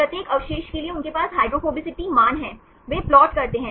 प्रत्येक अवशेष के लिए उनके पास हाइड्रोफोबिसिटी मान है वे प्लाट करते हैं